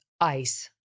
ICE